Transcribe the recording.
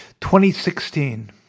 2016